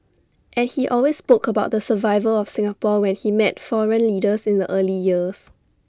and he always spoke about the survival of Singapore when he met foreign leaders in the early years